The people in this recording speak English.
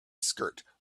skirt